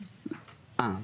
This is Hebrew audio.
אה.